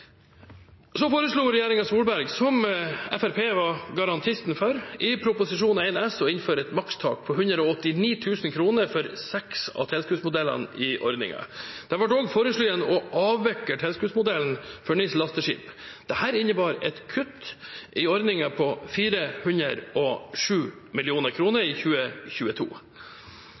Solberg, som Fremskrittspartiet var garantisten for, foreslo i Prop. 1 S å innføre et makstak på 189 000 kr for seks av tilskuddsmodellene i ordningen. Det ble også foreslått å avvikle tilskuddsmodellen for NIS lasteskip. Dette innebar et kutt i ordningen på 407 mill. kr i 2022.